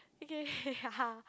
okay